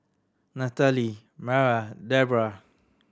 Nathaly Mara Debrah